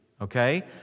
Okay